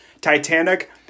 titanic